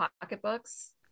pocketbooks